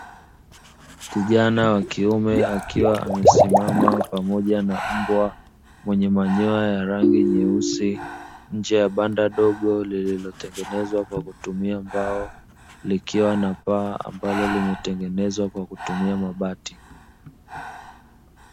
Kijana wa kiume akiwa amesimama pamoja na mbwa mwenye manyoya ya rangi nyeusi, nje ya banda dogo lenye lililotengenezwa kwa kutumia mabati.